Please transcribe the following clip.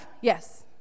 yes